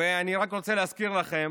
ואני רק רוצה להזכיר לכם